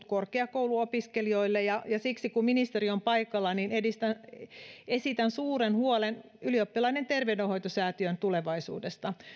korkeakouluopiskelijoille siksi kun ministeri on paikalla esitän suuren huolen ylioppilaiden terveydenhoitosäätiön tulevaisuudesta